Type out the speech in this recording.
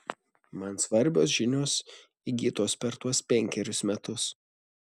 man svarbios žinios įgytos per tuos penkerius metus